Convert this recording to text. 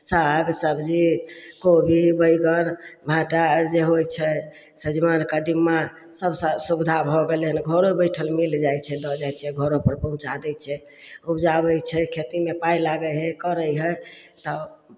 साग सबजी कोबी बैगन भाटा जे होइ छै सजमनि कदीमा सभ सुविधा भऽ गेलै हन घरो बैठल मिल जाइ छै लऽ जाइ छै घरोपर पहुँचा दै छै उपजाबै छै खेतीमे पाइ लागै हइ करै हइ तऽ